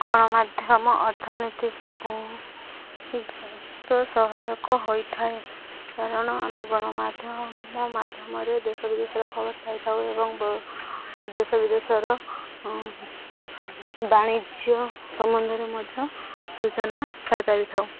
ଗଣମାଧ୍ୟମ ଅର୍ଥନୀତିକୁ ବହୁତ ସହାୟକ ହୋଇଥାଏ କାରଣ ଆମେ ଗଣମାଧ୍ୟମ ମାଧ୍ୟମରେ ଦେଶ ବିଦେଶର ଖବର ପାଇଥାଉ ଏବଂ ଦେଶ ବିଦେଶର ବାଣିଜ୍ୟ ସମ୍ବନ୍ଧରେ ମଧ୍ୟ ସୂଚନା ପାଇପାରିଥାଉ